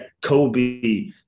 Kobe